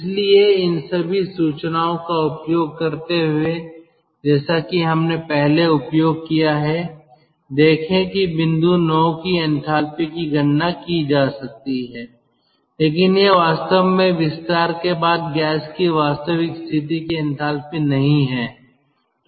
इसलिए इन सभी सूचनाओं का उपयोग करते हुए जैसा कि हमने पहले उपयोग किया है देखें कि बिंदु 9 की एंथैल्पी की गणना की जा सकती है लेकिन यह वास्तव में विस्तार के बाद गैस की वास्तविक स्थिति की एंथैल्पी नहीं है